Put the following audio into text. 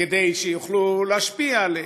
כדי שיוכלו להשפיע עליהם,